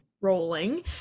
rolling